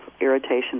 irritation